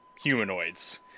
humanoids